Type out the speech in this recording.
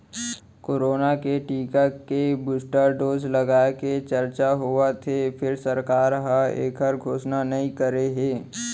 corona के टीका के बूस्टर डोज लगाए के चरचा होवत हे फेर सरकार ह एखर घोसना नइ करे हे